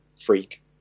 freak